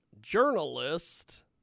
journalist